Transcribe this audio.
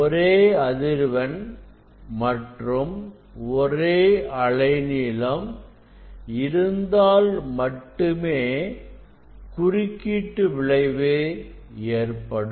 ஒரே அதிர்வெண் மற்றும் ஒரே அலைநீளம் இருந்தால் மட்டுமே குறுக்கீட்டு விளைவு ஏற்படும்